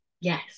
yes